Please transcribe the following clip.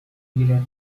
گیرد